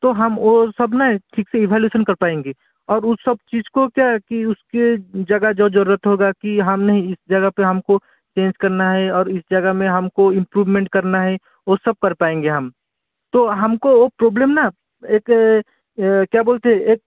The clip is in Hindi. तो हम ओ सब ना ठीक से इवोल्यूसन कर पाएंगे और उस सब चीज को क्या की उसके जगह जो जरूरत होगा कि हमने ही इस जगह पे हमको चेंज करना है और इस जगह में हमको इंप्रूवमेंट करना है ओ सब कर पाएंगे हम तो हमको ओ प्रॉब्लम ना एक क्या बोलते है एक